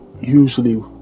usually